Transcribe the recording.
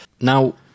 Now